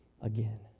again